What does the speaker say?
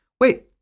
wait